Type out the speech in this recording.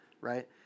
right